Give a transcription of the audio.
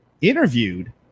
interviewed